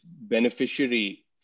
beneficiary